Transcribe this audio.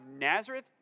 Nazareth